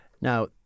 Now